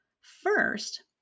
First